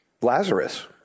Lazarus